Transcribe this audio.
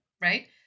right